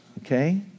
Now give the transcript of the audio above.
okay